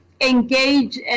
engage